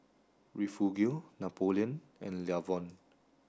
Refugio Napoleon and Lavon